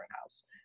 house